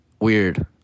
weird